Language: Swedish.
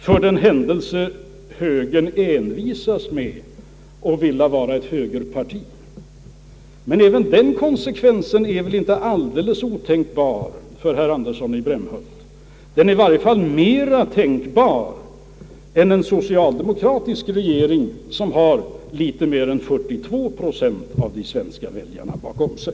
Men inte heller den konsekvensen är tydligen alldeles otänkbar för herr Andersson — den är i varje fall mera tänkbar för honom än en socialdemokratisk regering, som har litet mer än 42 procent av de svenska väljarna bakom sig.